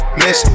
miss